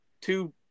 two